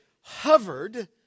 hovered